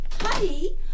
Honey